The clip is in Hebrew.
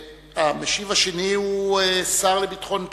והמשיב השני הוא השר לביטחון פנים,